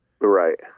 Right